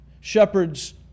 shepherds